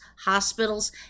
hospitals